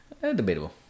debatable